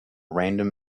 random